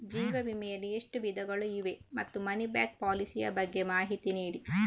ಜೀವ ವಿಮೆ ಯಲ್ಲಿ ಎಷ್ಟು ವಿಧಗಳು ಇವೆ ಮತ್ತು ಮನಿ ಬ್ಯಾಕ್ ಪಾಲಿಸಿ ಯ ಬಗ್ಗೆ ಮಾಹಿತಿ ನೀಡಿ?